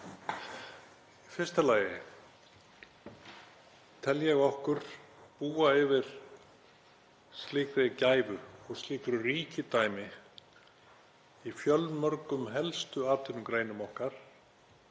Í fyrsta lagi tel ég okkur búa yfir slíkri gæfu og slíku ríkidæmi í fjölmörgum helstu atvinnugreinum okkar